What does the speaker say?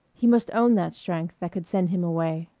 he must own that strength that could send him away.